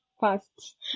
fast